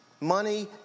Money